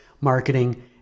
marketing